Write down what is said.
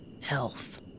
health